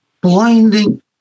blinding